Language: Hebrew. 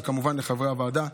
וכמובן לחברי הוועדה.